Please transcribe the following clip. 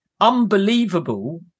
unbelievable